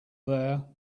there